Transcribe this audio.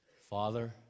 Father